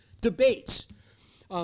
debates